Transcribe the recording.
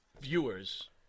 viewers